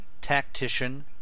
Tactician